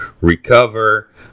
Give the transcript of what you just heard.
recover